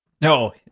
No